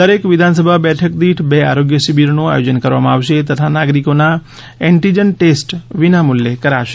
દરેક વિધાનસભા બેઠક દીઠ બે આરોગ્ય શિબીરોનું આયોજન કરવામાં આવશે તથા નાગરીકોના એન્ટીજન ટેસ્ટ વિનામુલ્યે કરાશે